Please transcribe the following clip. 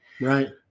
right